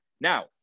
Now